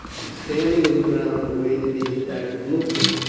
and standing his ground awaited the attack of lupus.